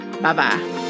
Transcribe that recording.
Bye-bye